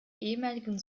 ehemaligen